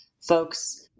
folks